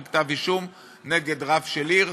על כתב-אישום נגד רב של עיר,